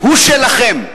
הוא שלכם.